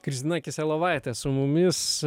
kristina kiselovaitė su mumis